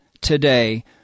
today